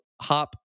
Hop